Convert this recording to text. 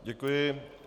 Děkuji.